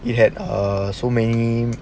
you had uh so many